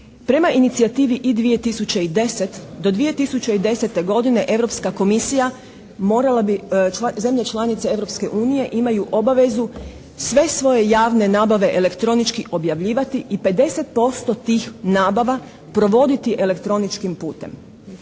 Prema inicijativi I2010 do 2010. godine Europska komisija morala bi, zemlje članice Europske unije imaju obavezu sve svoje javne nabave elektronički objavljivati i 50% tih nabava provoditi elektroničkim putem.